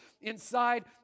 inside